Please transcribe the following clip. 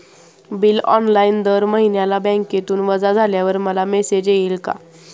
Bill online दर महिन्याला बँकेतून वजा झाल्यावर मला मेसेज येईल का?